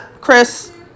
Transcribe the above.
Chris